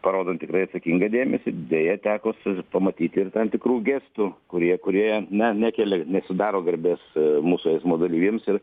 parodo tikrai atsakingą dėmesį deja teko su pamatyti ir tam tikrų gestų kurie kurie na nekelia nesudaro garbės mūsų eismo dalyviams ir